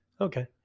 okay